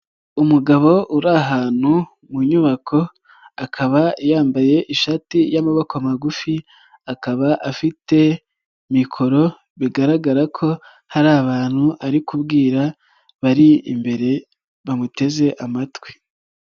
Umugabo uri ahantu mu nyubako akaba yambaye ishati y'amaboko magufi, akaba afite mikoro bigaragara ko hari abantu ari kubwira bari imbere bamuteze amatwi.